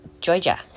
Georgia